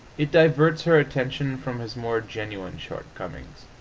it diverts her attention from his more genuine shortcomings,